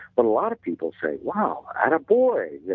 but a lot of people say wow, attaboy,